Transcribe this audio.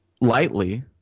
lightly